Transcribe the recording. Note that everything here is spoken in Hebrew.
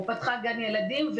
או פתחה גן ילדים,